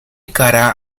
cara